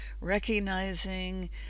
Recognizing